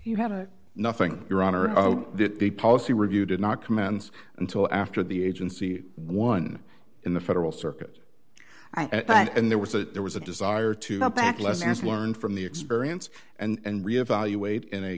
you have a nothing your honor that the policy review did not commence until after the agency won in the federal circuit and there was a there was a desire to go back lessons learned from the experience and re evaluate in a